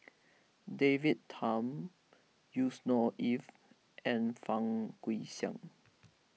David Tham Yusnor Ef and Fang Guixiang